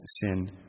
sin